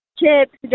chips